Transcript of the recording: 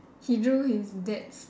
he drew his dad's